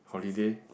holiday